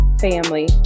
family